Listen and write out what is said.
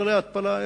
מפעלי ההתפלה האלה,